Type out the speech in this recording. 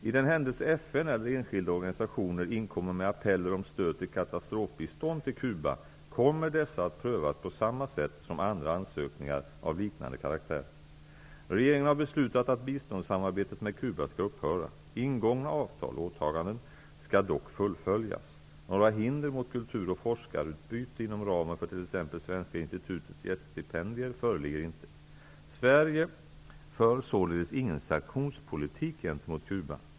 I den händelse FN eller enskilda organisationer inkommer med appeller om stöd till katastrofbistånd till Cuba, kommer dessa att prövas på samma sätt som andra ansökningar av liknande karaktär. Regeringen har beslutat att biståndssamarbetet med Cuba skall upphöra. Ingångna avtal/åtaganden skall dock fullföljas. Några hinder mot kultur och forskarutbyte inom ramen för t.ex. Svenska Institutets gäststipendier föreligger inte. Sverige för således ingen sanktionspolitik gentemot Cuba.